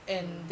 mm